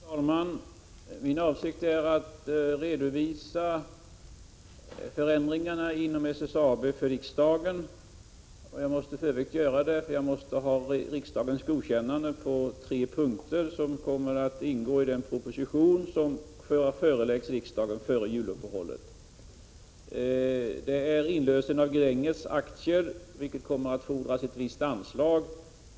Fru talman! Min avsikt är att redovisa förändringen inom SSAB för riksdagen. Jag måste ha riksdagens godkännande på tre punkter, som kommer att ingå i den proposition som föreläggs riksdagen före juluppehål let. Det gäller inlösen av Gränges aktier, vilket kommer att fordra visst 73 anslag.